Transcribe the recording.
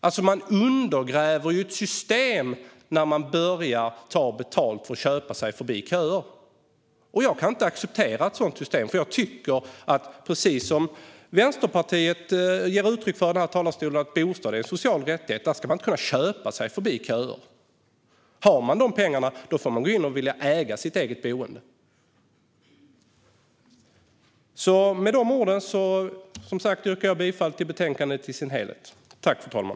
När man börjar betala för att köpa sig förbi köer undergräver man systemet. Jag kan inte acceptera ett sådant system, för jag tycker - precis som Vänsterpartiet ger uttryck för i den här talarstolen - att bostad är en social rättighet. Där ska man inte kunna köpa sig förbi köer. Har man de pengarna får man gå in och äga sitt eget boende. Med dessa ord yrkar jag bifall till utskottets förslag i betänkandet.